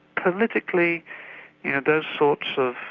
politically those sorts of